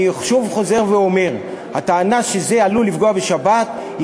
אני שוב חוזר ואומר: הטענה שזה עלול לפגוע בשבת היא